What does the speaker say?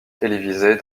télévisées